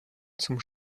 zum